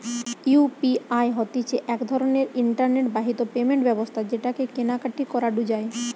UPI হতিছে এক রকমের ইন্টারনেট বাহিত পেমেন্ট ব্যবস্থা যেটাকে কেনা কাটি করাঢু যায়